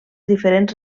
diferents